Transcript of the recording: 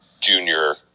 junior